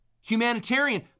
humanitarian